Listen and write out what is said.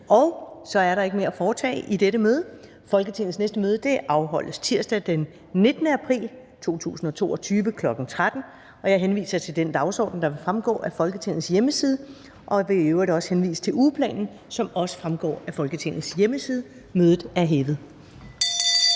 Så er der ikke mere at foretage i dette møde. Folketingets næste møde afholdes tirsdag den 19. april 2022, kl. 13.00. Jeg henviser til den dagsorden, der fremgår af Folketingets hjemmeside, og jeg vil i øvrigt også henvise til ugeplanen, som også fremgår af Folketingets hjemmeside. Mødet er hævet.